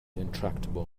intractable